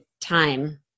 time